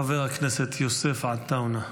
חבר הכנסת יוסף עטאונה,